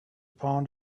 upon